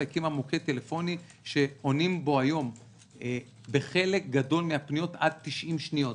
הקימה מוקד טלפוני שפונים בו היום בחלק גדול מהפניות עד 90 שניות.